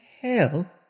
hell